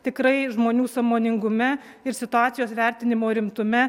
tikrai žmonių sąmoningume ir situacijos vertinimo rimtume